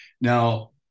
now